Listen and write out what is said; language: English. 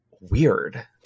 weird